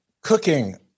cooking